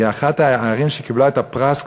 היא אחת הערים שקיבלה את הפרס,